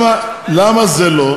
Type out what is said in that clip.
למה זה לא?